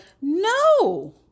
no